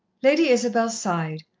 lady isabel sighed,